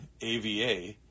AVA